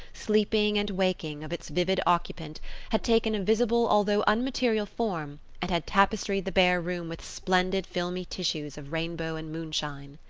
sleeping and waking, of its vivid occupant had taken a visible although unmaterial form and had tapestried the bare room with splendid filmy tissues of rainbow and moonshine.